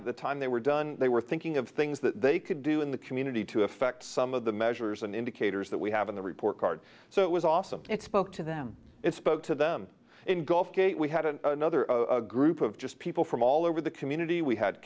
the time they were done they were thinking of things that they could do in the community to affect some of the measures and indicators that we have in the report card so it was awesome it spoke to them it spoke to them in gulf gate we had an another group of just people from all over the community we had